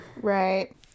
Right